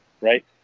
Right